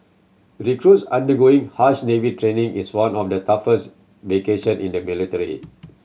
recruits undergoing harsh Navy training in one of the toughest vocation in the military